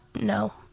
no